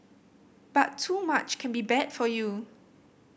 but too much can be bad for you